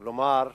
כלומר,